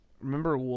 remember